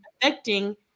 affecting